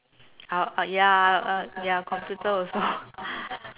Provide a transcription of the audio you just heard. I'll ah ya uh ya computer also